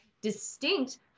distinct